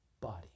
body